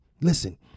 Listen